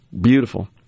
beautiful